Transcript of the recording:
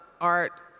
art